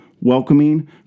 welcoming